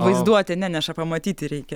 vaizduotė neneša pamatyti reikia